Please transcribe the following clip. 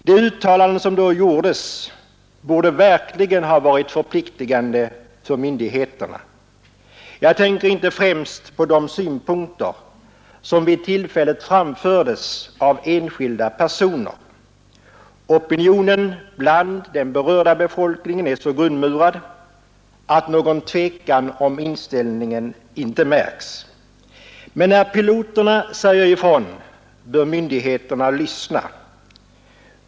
De uttalanden som då gjordes borde verkligen ha varit förpliktigande för myndigheterna. Jag tänker inte främst på de synpunkter som vid tillfället framfördes av enskilda personer. Opinionen bland den berörda befolkningen är så grundmurad att någon tvekan om inställningen inte märks. Men när piloterna säger ifrån bör myndigheterna lyssna.